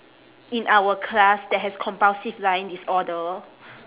in our class that has compulsive lying disorder